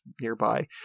nearby